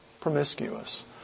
promiscuous